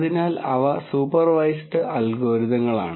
അതിനാൽ അവ സൂപ്പർവൈസ്ഡ് അൽഗോരിതങ്ങളാണ്